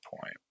point